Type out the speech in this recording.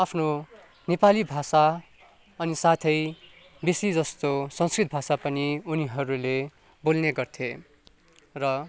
आफ्नो नेपाली भाषा अनि साथै बेसीजस्तो संस्कृत भाषा पनि उनीहरूले बोल्ने गर्थे र